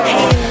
Hey